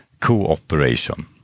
cooperation